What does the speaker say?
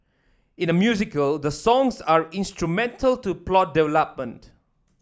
in a musical the songs are instrumental to plot